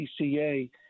CCA